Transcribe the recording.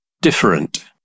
different